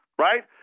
right